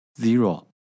zero